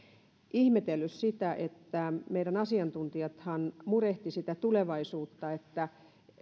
ihmetellyt sitä kun meidän asiantuntijat murehtivat sitä tulevaisuutta että